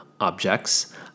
objects